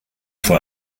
vor